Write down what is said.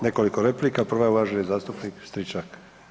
Nekoliko replika, prva je uvaženi zastupnik Stričak.